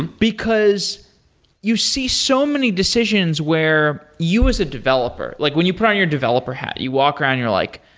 and because you see so many decisions where you was a developer like when you put on your developer hat. you walk around and you're like,